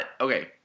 Okay